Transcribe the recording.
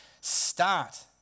start